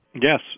Yes